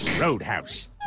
Roadhouse